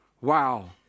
Wow